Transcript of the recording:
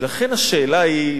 לכן השאלה היא,